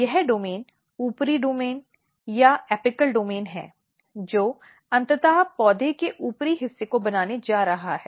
यह डोमेन ऊपरी डोमेन या एपिकल डोमेन है जो अंततः पौधे के ऊपरी हिस्से को बनाने जा रहा है